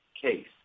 case